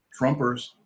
Trumpers